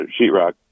sheetrock